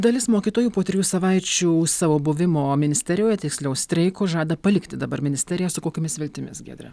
dalis mokytojų po trijų savaičių savo buvimo ministerijoje tiksliau streiko žada palikti dabar ministeriją su kokiomis viltimis giedre